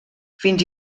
fins